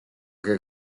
che